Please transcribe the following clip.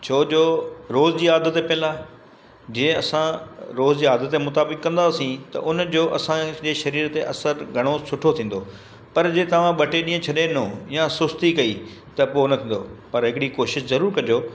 छो जो रोज़ जी आदत पियलु आहे जीअं असां रोज़ जे आदत मुताबिक़ु कंदासीं त उन जो असांजे पूरे शरीर ते असरु घणो सुठो थींदो पर जीअं तव्हां ॿ टे ॾींहुं छॾे ॾिनो या सुस्ती कई त पोइ न थींदो पर हिकिड़ी कोशिशि ज़रूरु कजो